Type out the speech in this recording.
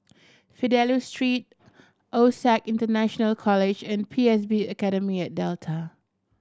Fidelio Street OSAC International College and P S B Academy at Delta